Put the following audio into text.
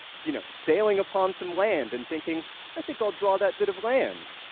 you know, sailing upon some land, and thinking i think i'll draw that bit of land,